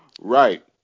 Right